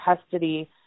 custody